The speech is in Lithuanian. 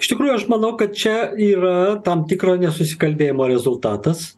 iš tikrųjų aš manau kad čia yra tam tikro nesusikalbėjimo rezultatas